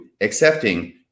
accepting